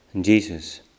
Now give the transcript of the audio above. Jesus